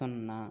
సున్నా